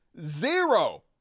Zero